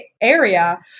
area